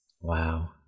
Wow